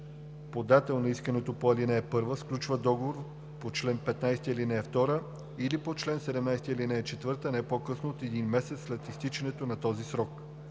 подател на искането по ал. 1, сключват договор по чл. 15, ал. 2 или по чл. 17, ал. 4 не по-късно от един месец след изтичането на този срок.